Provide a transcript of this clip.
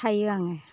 थायो आङो